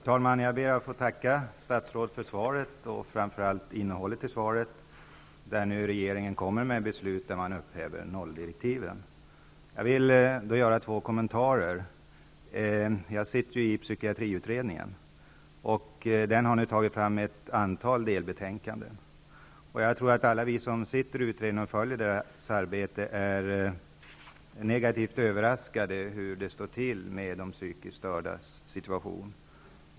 Fru talman! Jag ber att få tacka statsrådet för svaret och framför allt för innehållet i svaret. Regeringen kommer alltså att fatta beslut som innebär att man upphäver nolldirektiven. Jag vill göra två kommentarer. Jag tillhör psykiatriutredningen, som har tagit fram ett antal delbetänkanden. Jag tror att vi som sitter i utredningen och de som följt dess arbete är negativt överraskade över de psykiskt stördas situation.